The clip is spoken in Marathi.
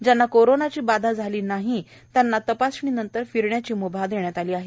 ज्यांना कोरोनाची बाधा झाली नाही त्यांना तपासणीनंतर फिरण्याची म्भा देण्यात आली आहे